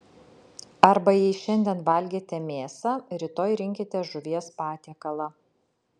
arba jei šiandien valgėte mėsą rytoj rinkitės žuvies patiekalą